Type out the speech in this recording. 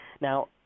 Now